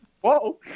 whoa